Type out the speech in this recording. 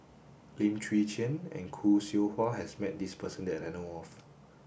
Lim Chwee Chian and Khoo Seow Hwa has met this person that I know of